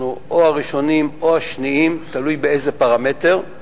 אנחנו או הראשונים או השניים, תלוי באיזה פרמטר.